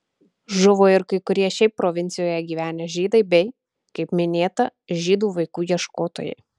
žuvo ir kai kurie šiaip provincijoje gyvenę žydai bei kaip minėta žydų vaikų ieškotojai